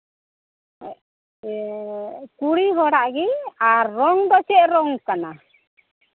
ᱠᱩᱲᱤ ᱦᱚᱲᱟᱜ ᱜᱮ ᱟᱨ ᱨᱚᱝ ᱫᱚ ᱪᱮᱫ ᱨᱚᱝ ᱠᱟᱱᱟ